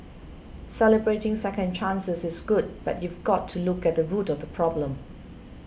celebrating second chances is good but you've got to look at the root of the problem